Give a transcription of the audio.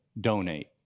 donate